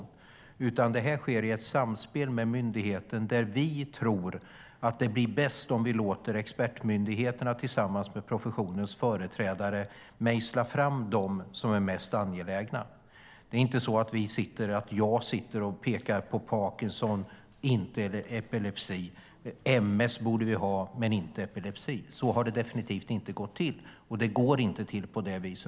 Det här sker i stället i ett samspel med myndigheter, och vi tror att det blir bäst om vi låter expertmyndigheterna - tillsammans med professionens företrädare - mejsla fram dem som är mest angelägna. Det är inte så att jag sitter och pekar: Vi ska ha Parkinsons, men inte epilepsi, och MS borde vi ha - men inte epilepsi. Så har det definitivt inte gått till, och det går inte till på det viset.